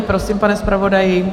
Prosím, pane zpravodaji.